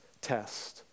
test